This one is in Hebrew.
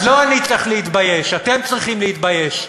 אז לא אני צריך להתבייש, אתם צריכים להתבייש,